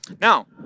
Now